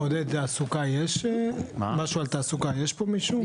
עודד, משהו על תעסוקה, יש פה מישהו?